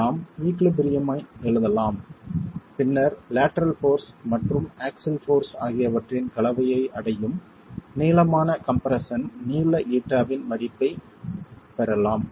நாம் ஈகுலிபிரியம் ஐ எழுதலாம் பின்னர் லேட்டரல் போர்ஸ் மற்றும் ஆக்ஸில் போர்ஸ் ஆகியவற்றின் கலவையை அடையும் நீளமான கம்ப்ரெஸ்ஸன் நீள ஈட்டாவின் மதிப்பீட்டைப் பெறலாம்